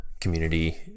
community